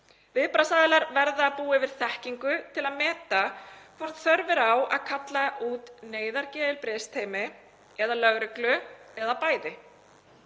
Viðbragðsaðilar verða að búa yfir þekkingu til að meta hvort þörf er á að kalla út neyðargeðheilbrigðisteymi eða lögreglu eða bæði.